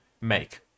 make